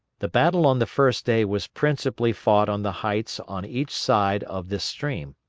the battle on the first day was principally fought on the heights on each side of this stream.